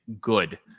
good